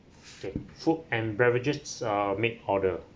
okay food and beverages uh make order